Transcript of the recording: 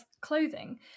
clothing